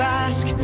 ask